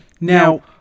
Now